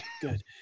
good